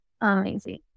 amazing